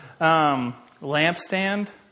Lampstand